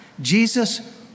Jesus